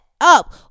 up